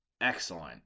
excellent